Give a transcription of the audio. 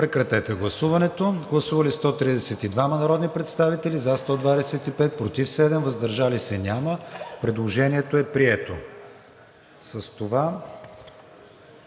режим на гласуване. Гласували 132 народни представители: за 124, против 8, въздържали се няма. Предложението е прието.